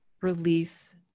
release